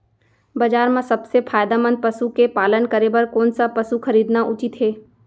बजार म सबसे फायदामंद पसु के पालन करे बर कोन स पसु खरीदना उचित हे?